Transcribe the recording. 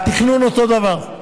התכנון הוא אותו דבר,